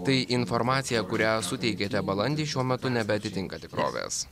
tai informacija kurią suteikėte balandį šiuo metu nebeatitinka tikrovės